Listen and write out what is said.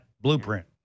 Blueprint